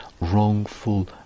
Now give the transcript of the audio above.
wrongful